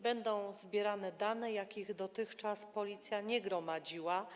Będą zbierane dane, jakich dotychczas Policja nie gromadziła.